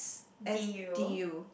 S_T_U